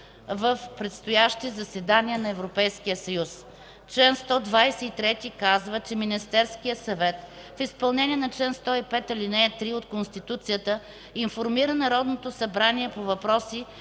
в предстоящи заседания на Европейския съюз”. Член 123 казва, че: „Министерският съвет в изпълнение на чл. 105, ал. 3 от Конституцията информира Народното събрание по въпроси,